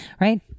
Right